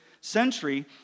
century